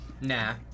nah